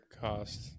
cost